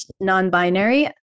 non-binary